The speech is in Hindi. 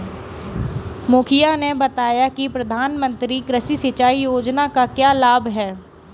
मुखिया ने बताया कि प्रधानमंत्री कृषि सिंचाई योजना का क्या लाभ है?